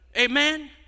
Amen